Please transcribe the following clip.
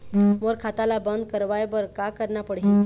मोर खाता ला बंद करवाए बर का करना पड़ही?